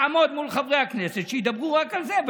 תעמוד מול חברי הכנסת שידברו רק על זה,